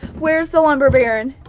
where's the lumber baron?